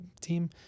team